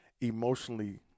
emotionally